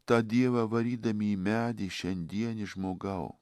tą dievą varydami į medį šiandieni žmogau